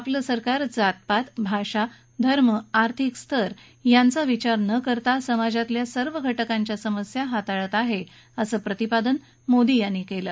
आपलं सरकार जातपात भाषा धर्म आर्थिक स्तर यांचा विचार न करता समाजातल्या सर्व घटकांच्या समस्या हाताळत आहेत असं प्रतिपादन मोदी यांनी केलं